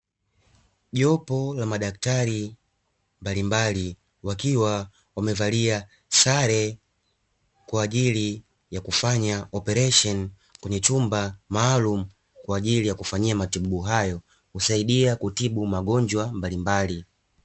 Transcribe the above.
Jopo la madaktari mbalimbali, wakiwa wamevalia sare kwa ajili ya kufanya operesheni, kwenye chumba maalumu kwa ajili ya kufanyia matibabu hayo; kusaidia kutibu magonjwa mbalimbali.